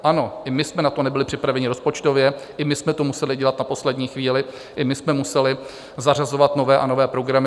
Ano, i my jsme na to nebyli připraveni rozpočtově, i my jsme to museli dělat na poslední chvíli, i my jsme museli zařazovat nové a nové programy.